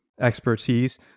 expertise